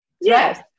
Yes